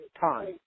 time